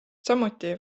samuti